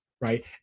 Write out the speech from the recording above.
Right